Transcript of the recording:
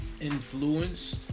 Influenced